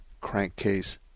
crankcase